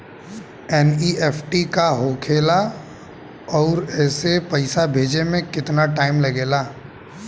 NEFT का होखे ला आउर एसे पैसा भेजे मे केतना टाइम लागेला?